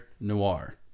noir